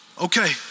okay